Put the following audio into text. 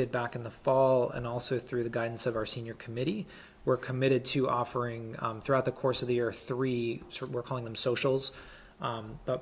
did back in the fall and also through the guidance of our senior committee we're committed to offering throughout the course of the or three sort we're calling them socials